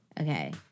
okay